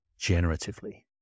generatively